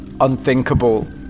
unthinkable